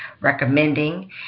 recommending